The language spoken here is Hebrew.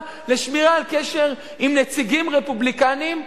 לשמירה על קשר עם נציגים רפובליקנים,